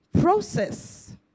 Process